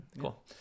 Cool